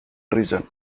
treason